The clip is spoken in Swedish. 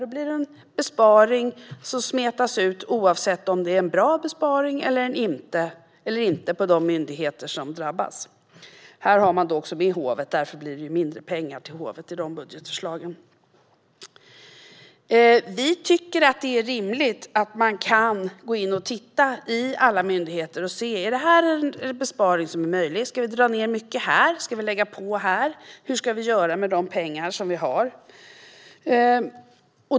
Det blir en besparing som smetas ut oavsett om det är en bra besparing eller inte på de myndigheter som drabbas. Här har man också hovet med, och därför blir det mindre pengar till hovet i dessa budgetförslag. Vi tycker att det är rimligt att man kan gå in och titta i alla myndigheter och se om det handlar om en besparing som är möjlig. Ska vi dra ned mycket här? Ska vi lägga på här? Hur ska vi göra med de pengar som vi har?